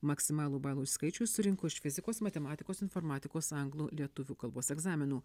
maksimalų balų skaičių jis surinko iš fizikos matematikos informatikos anglų lietuvių kalbos egzaminų